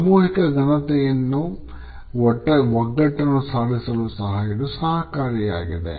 ಸಾಮೂಹಿಕ ಘನತೆಯನ್ನು ಒಗ್ಗಟ್ಟನ್ನು ಸಾಧಿಸಲು ಸಹ ಇದು ಸಹಕಾರಿಯಾಗಿದೆ